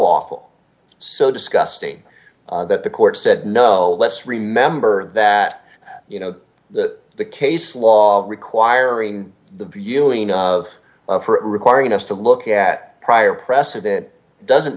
awful so disgusting that the court said no let's remember that you know that the case law requiring the viewing of of her requiring us to look at prior precedent doesn't